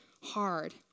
hard